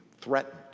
threatened